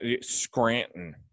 Scranton